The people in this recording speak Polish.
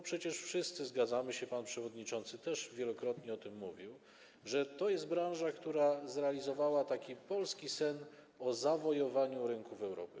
Przecież wszyscy zgadzamy się, pan przewodniczący też wielokrotnie o tym mówił, że to jest branża, która zrealizowała polski sen o zawojowaniu rynków Europy.